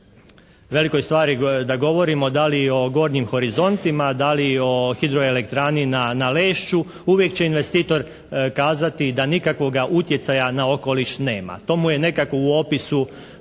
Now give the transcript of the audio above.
velikoj stvari da govorimo da li o gornjim horizontima, da li o hidroelektrani na Lešću, uvijek će investitor kazati da nikakvoga utjecaja na okoliš nema. To mu je nekako u opisu